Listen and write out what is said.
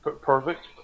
Perfect